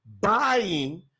buying